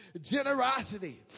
Generosity